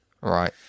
right